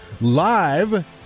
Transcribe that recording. live